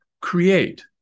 create